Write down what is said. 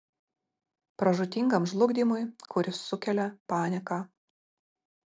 pražūtingam žlugdymui kuris sukelia panika